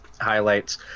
highlights